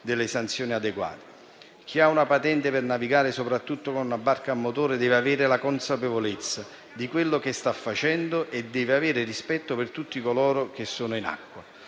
previste sanzioni adeguate. Chi ha una patente per navigare, soprattutto con una barca a motore, deve avere la consapevolezza di quello che sta facendo e deve avere rispetto per tutti coloro che sono in acqua.